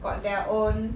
got their own